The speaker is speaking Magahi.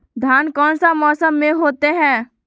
धान कौन सा मौसम में होते है?